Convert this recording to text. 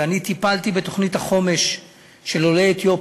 ואני טיפלתי בתוכנית החומש של עולי אתיופיה,